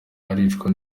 aricwa